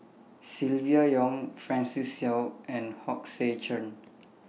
Silvia Yong Francis Seow and Hong Sek Chern